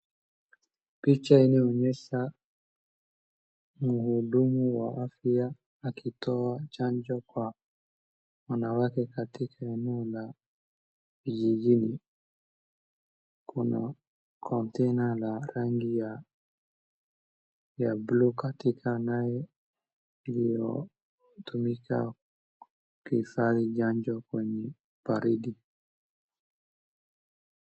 Picha inayoonyesha muhudumu wa afya akitoa chanjo kwa wanawake katika eneo la vijijini. Kuna kontena la rangi ya buluu katika eneo iliyotumika kuhifadhi chanjo kwenye baridi.